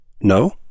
No